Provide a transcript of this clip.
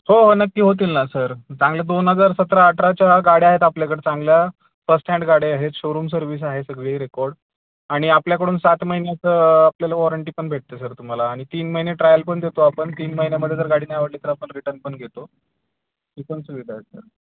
हो हो नक्की होतील ना सर चांगल्या दोन हजार सतरा अठराच्या गाड्या आहेत आपल्याकडे चांगल्या फर्स्ट हँड गाड्या आहेत शोरूम सर्विस आहे सगळी रेकॉर्ड आणि आपल्याकडून सात महिन्याचं आपल्याला वॉरंटी पण भेटते सर तुम्हाला आणि तीन महिने ट्रायल पण देतो आपण तीन महिन्यामध्ये जर गाडी नाही आवडली तर आपण रिटन पण घेतो ही पण सुविधा आहे सर